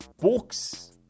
books